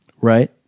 Right